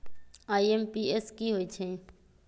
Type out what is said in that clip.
IMPS की होईछइ?